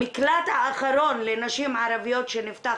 המקלט האחרון לנשים ערביות שנפתח,